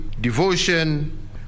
devotion